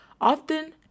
often